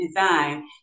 design